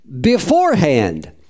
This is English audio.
beforehand